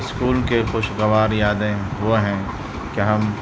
school کے خوشگوار یادیں وہ ہیں کہ ہم